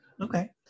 Okay